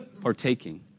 Partaking